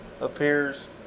appears